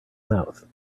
mouth